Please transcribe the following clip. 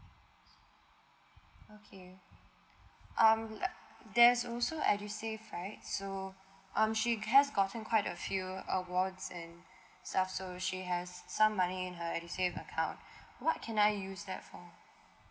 okay um there's also edusave right so um she has gotten quite a few awards and stuff so she has some money in her edusave account what can I use that for